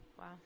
Wow